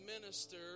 minister